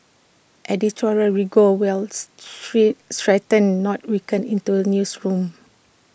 editorial rigour wills straight strengthen not weaken into A newsroom